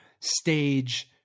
stage